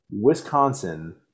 Wisconsin